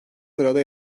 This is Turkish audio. sırada